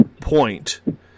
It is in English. point